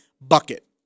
bucket